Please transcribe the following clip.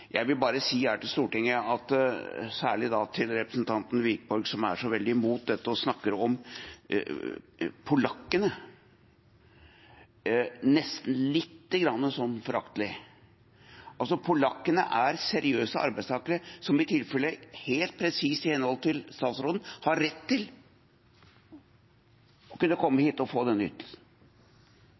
Jeg vil bare si her til Stortinget, og særlig til representanten Wiborg, som er så veldig mot dette og snakker om polakkene, nesten litt foraktelig: Polakkene er seriøse arbeidstakere som i tilfellet helt presist i henhold til det statsråden sa, har rett til å kunne komme hit og få denne ytelsen.